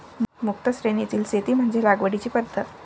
मुक्त श्रेणीतील शेती म्हणजे लागवडीची पद्धत